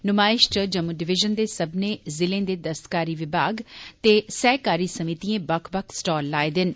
नुमायश च जम्मू डिविजन दे सब्मनें ज़िले दे दस्तकारी विमाग ते सहकारी समीतिएं बक्ख बक्ख स्टाल लाए दे न